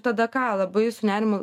tada kala baisų nerimą